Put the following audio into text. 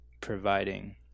providing